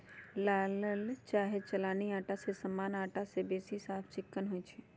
चालल चाहे चलानी अटा जे सामान्य अटा से बेशी साफ चिक्कन होइ छइ